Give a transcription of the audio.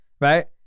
right